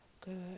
good